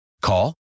Call